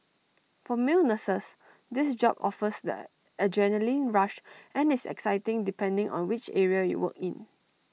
for male nurses this job offers that adrenalin rush and is exciting depending on which area you work in